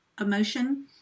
emotion